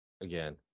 Again